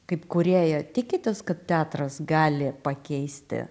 kaip kūrėja tikitės kad teatras gali pakeisti